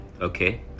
okay